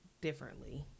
differently